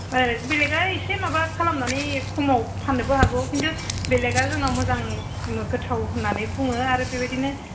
बेलेगा एसे माबा खालामनानै खमाव फान्नोबो हागौ खिन्थु बेलेगा जोंनाव मोजां गोथाव होन्नानै बुङो आरो बेबायदिनो